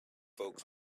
folks